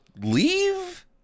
leave